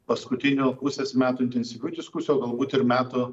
paskutinių pusės metų intensyvių diskusijų o galbūt ir metų